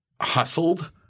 hustled